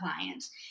clients